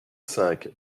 cinq